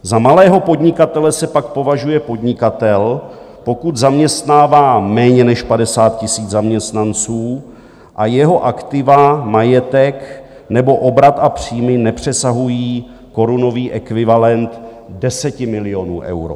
Za malého podnikatele se pak považuje podnikatel, pokud zaměstnává méně než 50 tisíc zaměstnanců a jeho aktiva, majetek nebo obrat a příjmy, nepřesahují korunový ekvivalent 10 milionů euro.